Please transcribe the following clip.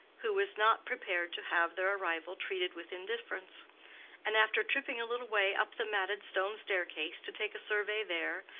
who was not prepared to have their arrival treated with indifference and after tripping a little way up the matted stone staircase to take a survey there,